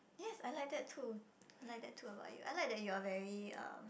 yes I like that to I like too about you I like that you are very um